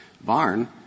barn